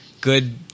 good